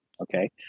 Okay